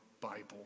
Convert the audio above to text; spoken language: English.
Bible